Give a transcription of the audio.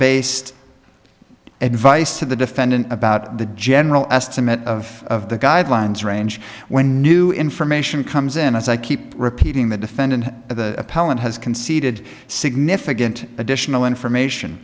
based advice to the defendant about the general estimate of the guidelines range when new information comes in as i keep repeating the defendant the appellant has conceded significant additional information